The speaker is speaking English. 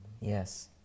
Yes